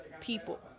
people